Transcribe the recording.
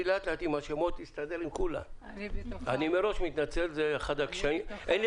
בבקשה גברתי.